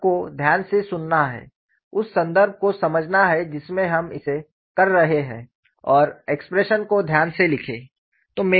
आपको ध्यान से सुनना है उस संदर्भ को समझना है जिसमें हम इसे कर रहे हैं और एक्सप्रेशन को ध्यान से लिखें